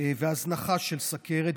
והזנחה של סוכרת,